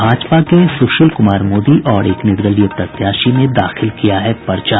भाजपा के सुशील कुमार मोदी और एक निर्दलीय प्रत्याशी ने दाखिल किया है पर्चा